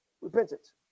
Repentance